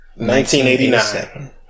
1989